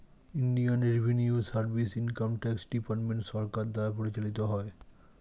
Indian revenue service income tax department সরকার দ্বারা পরিচালিত হয়